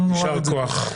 ישר כוח.